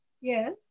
Yes